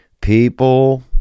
People